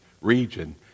region